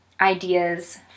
ideas